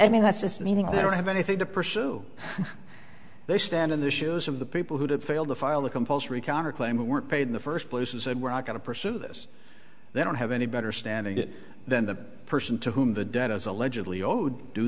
mean that's just meaning they don't have anything to pursue they stand in the shoes of the people who have failed to file a compulsory counter claim weren't paid in the first place and said we're not going to pursue this they don't have any better standing it then the person to whom the debt as allegedly owed do